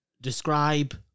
Describe